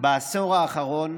בעשור האחרון,